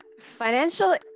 financial